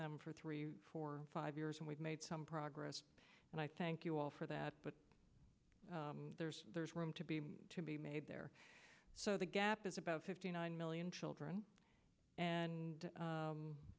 them for three four five years and we've made some progress and i thank you all for that but there's room to be to be made there so the gap is about fifty nine million children and